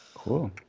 Cool